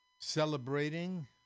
celebrating